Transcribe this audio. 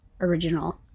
original